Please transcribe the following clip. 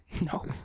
No